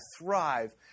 thrive